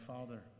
Father